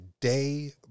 day